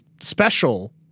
special